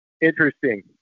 Interesting